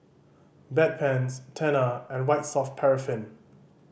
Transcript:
Bedpans Tena and White Soft Paraffin